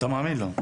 אתה מאמין לו?